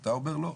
אתה אומר לא,